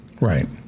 Right